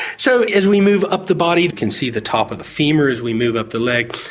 so as we move up the body you can see the top of the femur as we move up the leg,